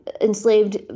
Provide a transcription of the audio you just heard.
enslaved